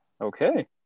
Okay